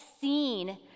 seen